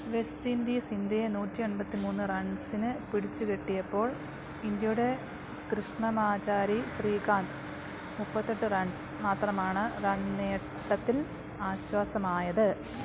west Indies ഇന്ത്യയെ നൂറ്റി എൺപത്തിമൂന്ന് റൺസിന് പിടിച്ചു കെട്ടിയപ്പോള് ഇന്ത്യയുടെ കൃഷ്ണമാചാരി ശ്രീകാന്ത് മുപ്പത്തെട്ട് റൺസ് മാത്രമാണ് റണ് നേട്ടത്തില് ആശ്വാസമായത്